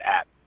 app